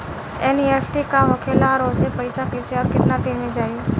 NEFT का होखेला और ओसे पैसा कैसे आउर केतना दिन मे जायी?